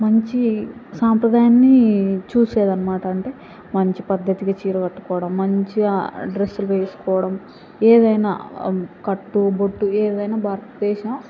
మంచి సాంప్రదాయాన్ని చూసేది అన్నమాట అంటే మంచి పద్ధతిగా చీర కట్టుకోవడం మంచిగా డ్రెస్సులు వేసుకోవడం ఏదైనా కట్టు బొట్టు ఏదైనా భారత దేశ